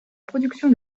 production